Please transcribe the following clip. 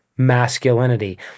masculinity